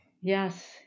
Yes